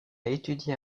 étudié